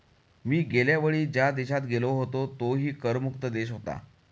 मी गेल्या वेळी ज्या देशात गेलो होतो तोही कर मुक्त देश होता